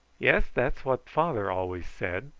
yes, that's what father always said,